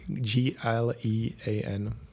G-L-E-A-N